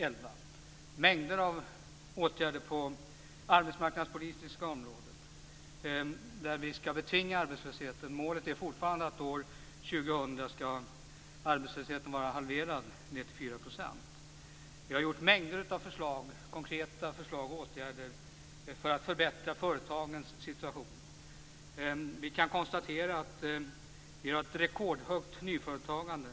Det är mängder av åtgärder på det arbetsmarknadspolitiska området där vi skall betvinga arbetslösheten. Målet är fortfarande att arbetslösheten skall vara halverad år 2000, ned till 4 %. Vi har lagt fram mängder med konkreta förslag och åtgärder för att förbättra företagens situation. Vi kan konstatera att vi har ett rekordhögt nyföretagande.